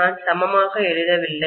நான் சமமாக எழுதவில்லை